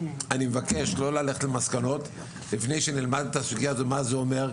אני מבקש לא ללכת למסקנות לפני שנלמד את הסוגיה הזאת מה זה אומר,